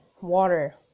water